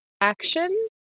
action